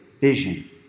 vision